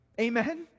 Amen